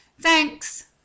Thanks